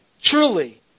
Truly